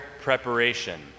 preparation